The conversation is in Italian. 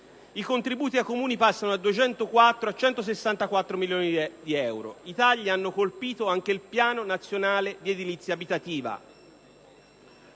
I contributi ai Comuni passano da 204 a 164 milioni di euro. I tagli hanno colpito anche il piano nazionale di edilizia abitativa,